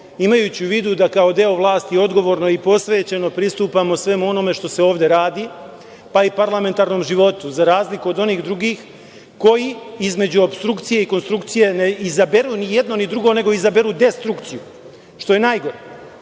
imajući u vidu da kao deo vlasti odgovorno i posvećeno pristupamo svemu onome što se ovde radi, pa i parlamentarnom životu, za razliku od onih drugih koji između opstrukcije i konstrukcije ne izaberu ni jedno ni drugo nego izaberu destrukciju, što je najgore. Inače,